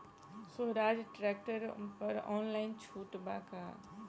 सोहराज tractor पर online छूट बा का?